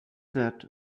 that